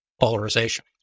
polarization